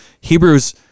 Hebrews